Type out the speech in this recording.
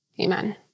Amen